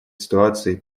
ситуацией